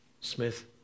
Smith